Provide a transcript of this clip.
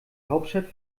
hauptstadt